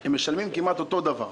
הם משלמים כמעט אותו דבר.